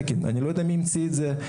אני לא יודע מי המציא את זה.